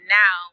now